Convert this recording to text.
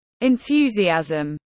enthusiasm